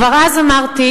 כבר אז אמרתי,